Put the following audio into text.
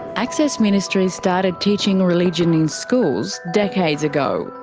access ministries started teaching religion in schools decades ago,